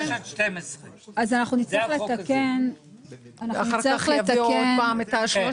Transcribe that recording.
6 עד 12. אחר כך יביאו עוד פעם את ה-13?